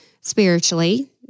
spiritually